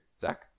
Zach